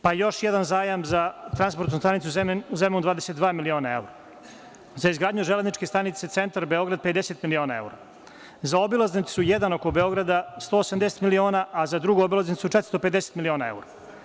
Pa, još jedan zajam za transportnu stanicu Zemun 22 miliona evra, za izgradnju železničke stanice centar Beograd, 50 miliona evra, za obilaznicu – jedan oko Beograda 180 miliona, a za drugu obilaznicu 450 miliona evra.